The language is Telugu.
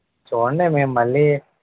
చూడండి మేము మళ్ళీ